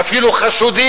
ואפילו חשודים,